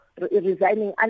resigning